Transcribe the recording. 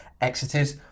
exited